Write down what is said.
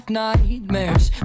nightmares